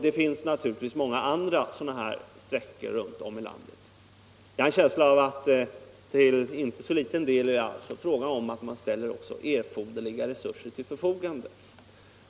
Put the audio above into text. Det finns naturligtvis också många andra sådana lämpliga sträckor runt om i landet. Jag har en känsla av att det till en inte så liten del är fråga om att ställa erforderliga resurser till förfogande.